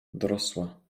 dorosła